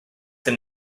them